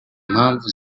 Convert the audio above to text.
mpamvu